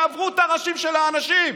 שברו את הראשים של האנשים.